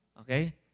okay